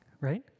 right